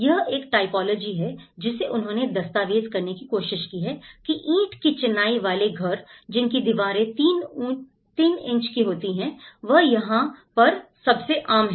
यह एक टाइपोलॉजी है जिसे उन्होंने दस्तावेज करने की कोशिश की है की ईंट की चिनाई वाले घर जिनकी दीवारें 3 इंच की होती हैं वह यहां पर सबसे आम है